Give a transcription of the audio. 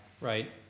right